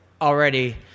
already